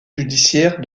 judiciaire